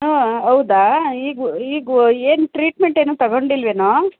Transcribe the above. ಹಾಂ ಹೌದಾ ಈಗ ಈಗ ಏನು ಟ್ರೀಟ್ಮೆಂಟ್ ಏನು ತಗೊಂಡಿಲ್ವೆನೋ